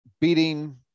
beating